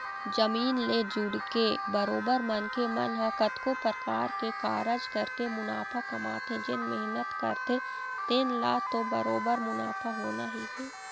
जमीन ले जुड़के बरोबर मनखे मन ह कतको परकार के कारज करके मुनाफा कमाथे जेन मेहनत करथे तेन ल तो बरोबर मुनाफा होना ही हे